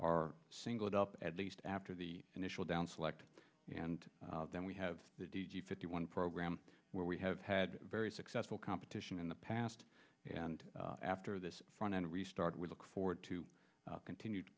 are singled up at least after the initial down select and then we have the d g fifty one program where we have had very successful competition in the past and after this front and restart with look forward to continued